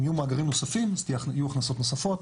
אם יהיו מאגרים נוספים יהיו הכנסות נוספות.